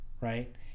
right